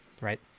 right